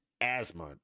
asthma